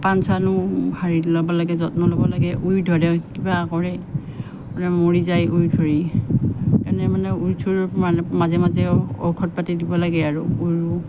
পাণ চান হেৰি ল'ব লাগে যত্ন ল'ব লাগে উই ধৰে কিবা কৰে মানে মৰি যায়গৈ উই ধৰি সেইকাৰণে মানে মাজে মাজে ঔষধ পাতি দিব লাগে আৰু